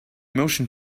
motion